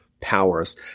powers